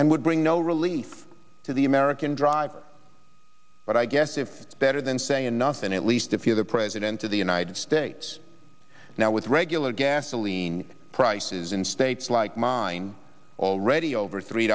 and would bring no relief to the american driver but i guess if it's better than saying nothing at least if you're the president of the united states now with regular gasoline prices in states like mine already over three